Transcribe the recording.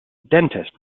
dentist